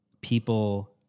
people